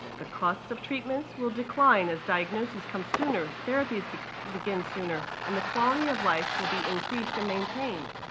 but cost of treatments will decline as diagnoses come sooner, therapies begin sooner, and the quality of life will be increased and maintained.